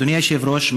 אדוני היושב-ראש,